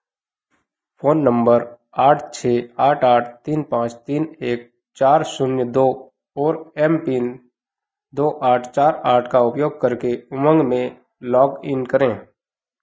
phone number आठ छः आठ आठ तीन पाँच तीन एक चार शून्य दो और एम पिन दो आठ चार आठ का उपयोग करके उमंग में लॉग इन करें